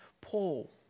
Paul